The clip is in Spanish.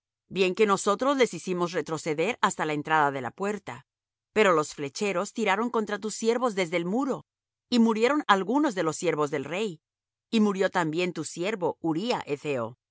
bien que nosotros les hicimos retroceder hasta la entrada de la puerta pero los flecheros tiraron contra tus siervos desde el muro y murieron algunos de los siervos del rey y murió también tu siervo uría hetheo